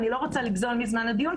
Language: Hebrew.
אני לא רוצה לגזול מזמן הדיון,